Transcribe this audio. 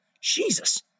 Jesus